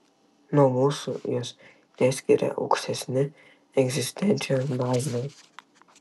nuo mūsų juos teskiria aukštesni egzistencijos dažniai